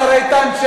השר איתן,